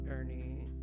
Ernie